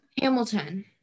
Hamilton